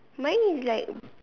mine is like